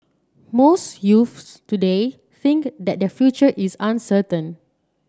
most youths today think that their future is uncertain